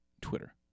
Twitter